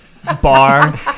Bar